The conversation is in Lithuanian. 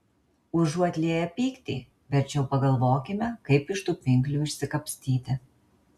užuot lieję pyktį verčiau pagalvokime kaip iš tų pinklių išsikapstyti